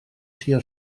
tua